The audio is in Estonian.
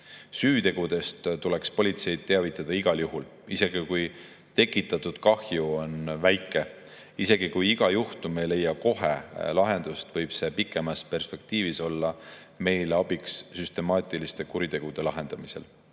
Süütegudest tuleks politseid teavitada igal juhul, isegi kui tekitatud kahju on väike. Isegi kui iga juhtum ei leia kohe lahendust, võib see pikemas perspektiivis olla abiks süstemaatiliste kuritegude lahendamisel.